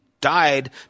died